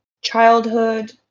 childhood